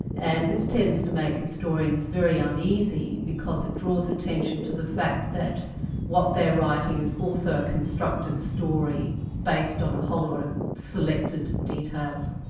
and this tends to make historians very uneasy because it draws attention to the fact that what they're writing is also a constructed story based on a whole lot of selected details.